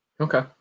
Okay